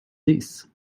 this